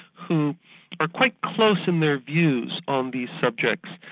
who are quite close in their views on these subjects,